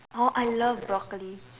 oh I love broccoli